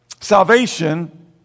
salvation